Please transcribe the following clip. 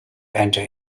enter